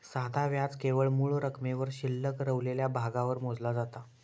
साधा व्याज केवळ मूळ रकमेवर शिल्लक रवलेल्या भागावर मोजला जाता